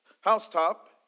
housetop